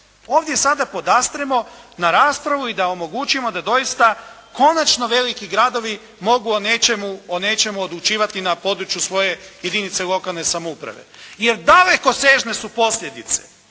ovdje sada podastremo na raspravu i da omogućimo da doista konačno veliki gradovi mogu o nečemu odlučivati na području svoje jedinice lokalne samouprave. Jer dalekosežne su posljedice.